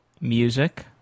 Music